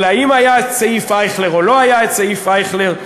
על האם היה סעיף איייכלר או לא היה סעיף אייכלר,